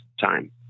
time